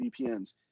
VPNs